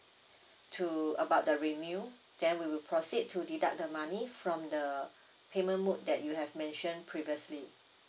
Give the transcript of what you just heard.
to about the renew then we will proceed to deduct the money from the payment mode that you have mentioned previously